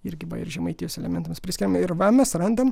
irgi va ir žemaitijos elementams priskiriam ir va mes randam